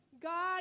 God